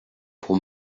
pour